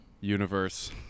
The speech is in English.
universe